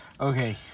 Okay